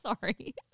sorry